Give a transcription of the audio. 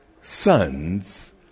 sons